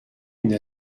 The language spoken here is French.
une